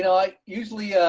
i usually